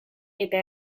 eta